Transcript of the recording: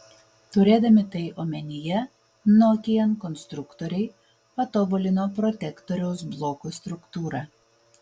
turėdami tai omenyje nokian konstruktoriai patobulino protektoriaus blokų struktūrą